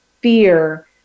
fear